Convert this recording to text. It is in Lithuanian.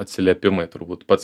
atsiliepimai turbūt pats